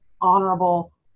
honorable